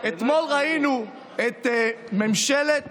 אתמול ראינו את ממשלת